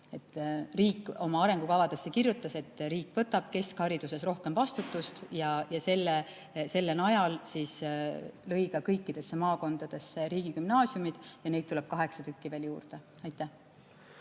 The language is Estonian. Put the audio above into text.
Riik oma arengukavadesse kirjutas, et riik võtab keskhariduses rohkem vastutust, ja selle najal lõi ka kõikidesse maakondadesse riigigümnaasiumid, ja neid tuleb kaheksa tükki veel juurde. Aitäh!